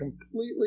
completely